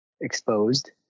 exposed